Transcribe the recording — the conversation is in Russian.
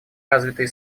развитые